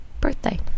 birthday